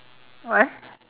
why